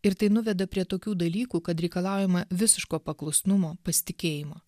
ir tai nuveda prie tokių dalykų kad reikalaujama visiško paklusnumo pasitikėjimo